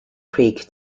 creek